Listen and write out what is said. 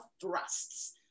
thrusts